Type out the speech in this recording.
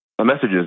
messages